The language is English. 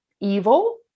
evil